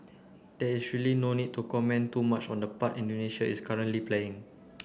there is really no need to comment too much on the part Indonesia is currently playing